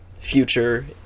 future